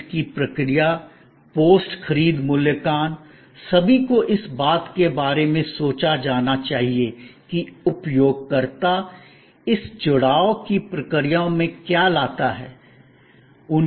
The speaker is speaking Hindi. खरीद की प्रक्रिया पोस्ट खरीद मूल्यांकन सभी को इस बात के बारे में सोचा जाना चाहिए कि उपयोगकर्ता इस जुड़ाव की प्रक्रियाओं में क्या लाता है